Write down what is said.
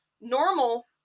Normal